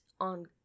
on